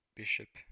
bishop